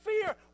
fear